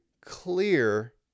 clear